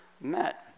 met